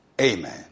amen